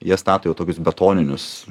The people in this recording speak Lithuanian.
jie stato jau tokius betoninius